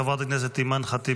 חברת הכנסת אימאן ח'טיב